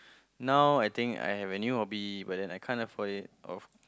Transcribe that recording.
now I think I have a new hobby but I then I can't afford it of